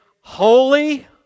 Holy